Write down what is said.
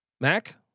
Mac